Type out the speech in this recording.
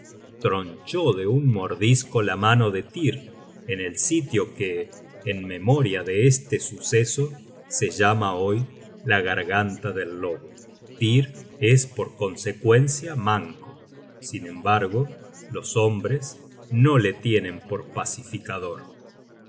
tronchó de un mordisco la mano de tyr en el sitio que en memoria de este suceso se llama hoy la garganta del lobo tyr es por consecuencia manco sin embargo los hombres no le tienen por pacificador